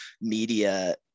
media